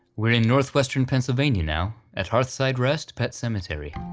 we're in northwestern pennsylvania now, at hearthside rest pet cemetery.